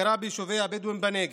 הכרה ביישובי הבדואים בנגב,